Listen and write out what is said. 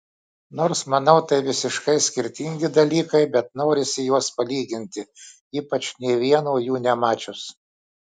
nors manau tai visiškai skirtingi dalykai bet norisi juos palyginti ypač nė vieno jų nemačius